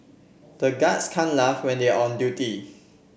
the guards can't laugh when they are on duty